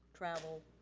travel,